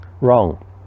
wrong